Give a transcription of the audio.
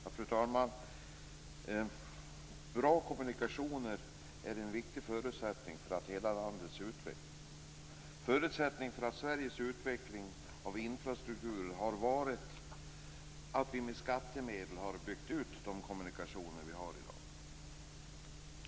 Fru talman! Bra kommunikationer är en viktig förutsättning för hela landets utveckling. Förutsättningen för Sveriges utveckling av infrastrukturen har varit att vi med skattemedel har byggt ut de kommunikationer som vi har i dag.